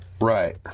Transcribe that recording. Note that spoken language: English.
right